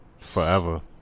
Forever